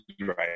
right